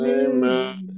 amen